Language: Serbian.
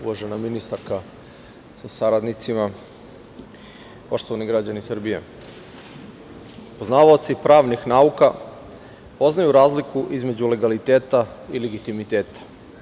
Uvažena ministarko sa saradnicima, poštovani građani Srbije, poznavaoci pravnih nauka poznaju razliku između legaliteta i legitimiteta.